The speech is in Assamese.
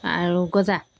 আৰু গজা